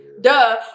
Duh